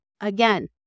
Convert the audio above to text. again